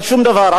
על שום דבר.